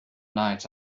night